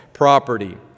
property